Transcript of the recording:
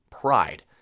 pride